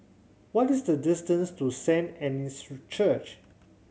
what is the distance to Saint Anne's Church